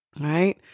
right